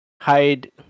hide